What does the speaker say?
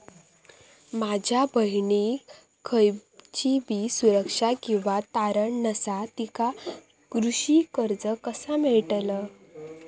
माझ्या बहिणीक खयचीबी सुरक्षा किंवा तारण नसा तिका कृषी कर्ज कसा मेळतल?